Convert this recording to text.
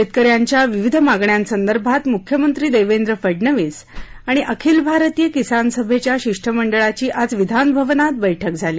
शेतकऱ्यांच्या विविध मागण्यांसदर्भात मुख्यमंत्री देवेंद्र फडनवीस आणि अखिल भारतीय किसान सभेच्या शिष्टमंडळाची आज विधानभवनात बैठक झाली